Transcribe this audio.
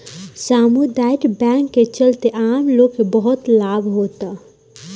सामुदायिक बैंक के चलते आम लोग के बहुत लाभ होता